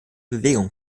bewegung